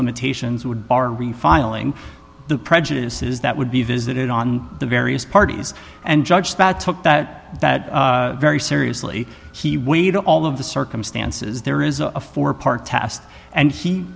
limitations would bar refiling the prejudices that would be visited on the various parties and judge that took that very seriously he weighed all of the circumstances there is a four part test and he